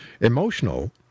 emotional